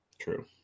true